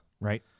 right